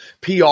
PR